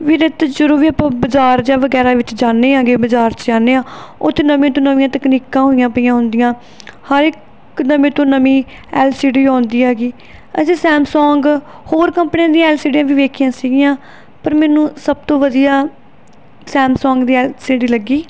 ਵੀ ਰਿਤ ਜਦੋਂ ਵੀ ਆਪਾਂ ਬਾਜ਼ਾਰ ਜਾਂ ਵਗੈਰਾ ਵਿੱਚ ਜਾਂਦੇ ਆਗੇ ਬਾਜ਼ਾਰ 'ਚ ਜਾਂਦੇ ਹਾਂ ਉੱਥੇ ਨਵੀਆਂ ਤੋਂ ਨਵੀਆਂ ਤਕਨੀਕਾਂ ਹੋਈਆਂ ਪਈਆਂ ਹੁੰਦੀਆਂ ਹਰ ਇੱਕ ਦਾ ਮੇਰੇ ਤੋਂ ਨਵੀਂ ਐਲ ਸੀ ਡੀ ਆਉਂਦੀ ਹੈਗੀ ਅਸੀਂ ਸੈਮਸੌਂਗ ਹੋਰ ਕੰਪਨੀਆਂ ਦੀਆਂ ਐਲ ਸੀ ਡੀਆਂ ਵੀ ਦੇਖੀਆਂ ਸੀਗੀਆਂ ਪਰ ਮੈਨੂੰ ਸਭ ਤੋਂ ਵਧੀਆ ਸੈਮਸੋਂਗ ਦੀ ਐਲ ਸੀ ਡੀ ਲੱਗੀ